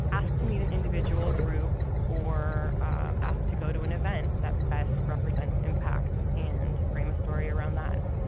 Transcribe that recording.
ask to meet an individual group, or ask to go to an event that best represents impact and frame a story around that.